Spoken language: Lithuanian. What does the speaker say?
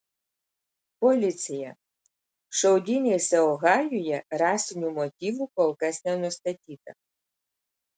policija šaudynėse ohajuje rasinių motyvų kol kas nenustatyta